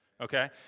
okay